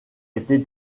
été